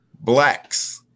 blacks